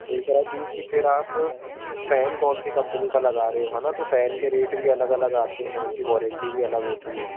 दूसरइ चीज़ कि फिर आप फ़ैन कौन सी कम्पनी का लगा रहे हो है ना तो फै़न के रेट भी अलग अलग आते हैं उनकी वाॅरेंटी भी अलग होती है